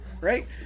right